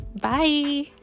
Bye